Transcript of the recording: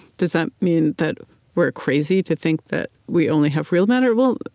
does that mean that we're crazy to think that we only have real matter? well,